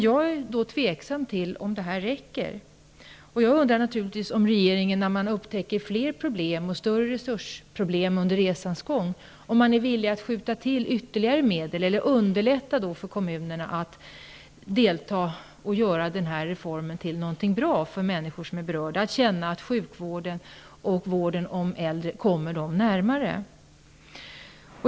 Jag är emellertid tveksam till om detta räcker. Jag undrar om regeringen är villig att skjuta till ytterligare medel, när man upptäcker fler problem under resans gång bl.a. med resurser. Är regeringen beredd att underlätta för kommunerna att delta och göra denna reform till något bra för människor som är berörda, så att de känner att sjukvården och äldrevården kommer dem närmare?